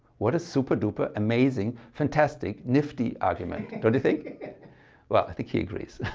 what a super duper, amazing, fantastic, nifty argument, don't you think well i think he agrees.